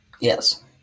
Yes